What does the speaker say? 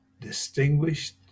distinguished